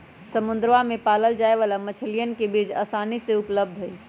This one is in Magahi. समुद्रवा में पाल्ल जाये वाला मछलीयन के बीज आसानी से उपलब्ध हई